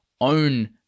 own